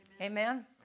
Amen